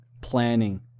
planning